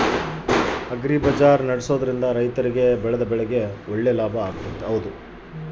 Agri ಬಜಾರ್ ನಡೆಸ್ದೊರಿಂದ ರೈತರಿಗೆ ಅವರು ಬೆಳೆದ ಬೆಳೆಗೆ ಒಳ್ಳೆ ಲಾಭ ಆಗ್ತೈತಾ?